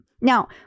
Now